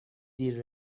دیر